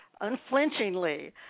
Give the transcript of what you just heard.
unflinchingly